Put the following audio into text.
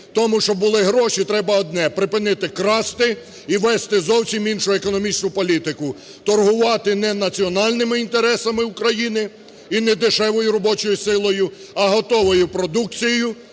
Тому, щоб були гроші, треба одне: припинити красти і вести зовсім іншу економічну політику, торгувати не національними інтересами України і недешевою робочою силою, а готовою продукцією